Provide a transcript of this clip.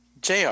JR